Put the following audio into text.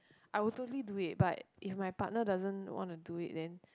I will totally do it but if my partner doesn't want to do it then